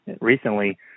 recently